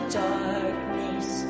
darkness